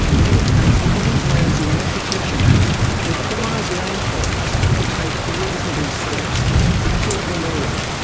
in any case, queensland's land protection act requires landholders to take reasonable steps to kill them all.